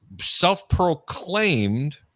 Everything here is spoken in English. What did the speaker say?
self-proclaimed